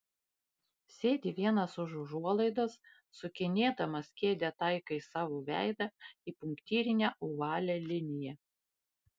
sėdi vienas už užuolaidos sukinėdamas kėdę taikai savo veidą į punktyrinę ovalią liniją